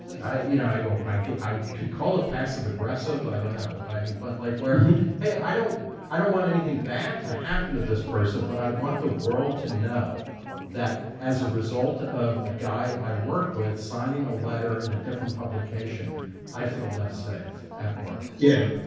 i you know i g i could call it passive aggressive i don't know i mean but like where hey, i don't i don't want anything bad to happen to this person but i want the world to know that as a result of a guy i work with signing a letter in a different publication i feel less safe at work yeah,